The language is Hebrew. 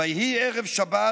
/ ויהי ערב שבת,